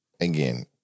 again